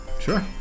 Sure